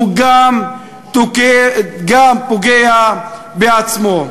הוא גם פוגע בעצמו.